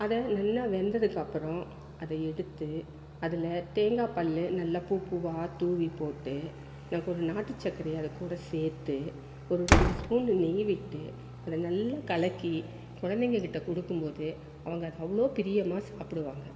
அது நல்லா வெந்ததுக்கு அப்புறம் அதை எடுத்து அதில் தேங்காப்பல் நல்லா பூ பூவாக தூவிப்போட்டு எனக்கொரு நாட்டுச்சர்க்கரைய அதுக்கூட சேர்த்து ஒரு ரெண்டு ஸ்பூனு நெய் விட்டு அதை நல்லா கலக்கி குழந்தைங்கக் கிட்டே கொடுக்கும்போது அவங்க அதை அவ்வளோ பிரியமாக சாப்பிடுவாங்க